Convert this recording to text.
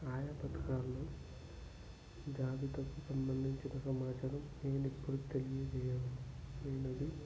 ఆయా పథకాలలో జాబితాకు సంబంధించిన సమాచారం నేను ఇప్పుడు తెలియజేయ అయినది